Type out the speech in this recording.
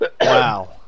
Wow